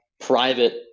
private